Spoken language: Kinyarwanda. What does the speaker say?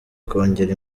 kongera